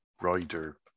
Rider